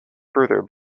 further